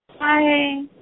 Hi